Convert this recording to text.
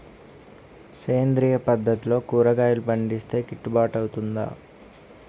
సేంద్రీయ పద్దతిలో కూరగాయలు పండిస్తే కిట్టుబాటు అవుతుందా?